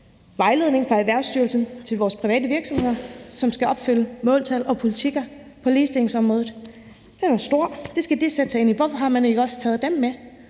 vejledning fra Erhvervsstyrelsen til vores private virksomheder, som skal opfylde måltal og politikker på ligestillingsområdet. Den er stor. Det skal de sætte sig ind i. Hvorfor har man ikke også taget dem med?